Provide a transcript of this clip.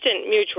mutual